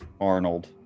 arnold